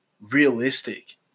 realistic